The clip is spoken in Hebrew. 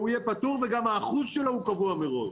יהיה פטור וגם האחוז שלו הוא קבוע מראש.